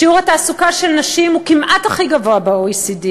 שיעור התעסוקה של נשים הוא כמעט הכי גבוה ב-OECD,